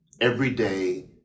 everyday